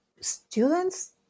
students